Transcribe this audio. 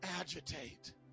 agitate